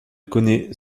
connaît